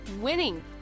winning